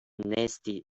nasty